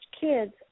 kids